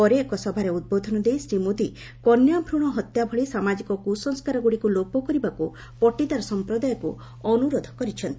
ପରେ ଏକ ସଭାରେ ଉଦ୍ବୋଧନ ଦେଇ ଶ୍ରୀ ମୋଦି କନ୍ୟା ଭୂଶହତ୍ୟା ଭଳି ସାମାଜିକ କୁସଂସ୍କାରଗୁଡ଼ିକୁ ଲୋପ କରିବାକୁ ପଟିଦାର ସମ୍ପ୍ରଦାୟକୁ ଅନୁରୋଧ କରିଚ୍ଛନ୍ତି